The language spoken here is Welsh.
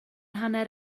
hanner